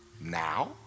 now